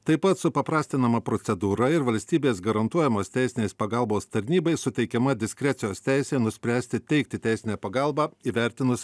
taip pat supaprastinama procedūra ir valstybės garantuojamos teisinės pagalbos tarnybai suteikiama diskrecijos teisė nuspręsti teikti teisinę pagalbą įvertinus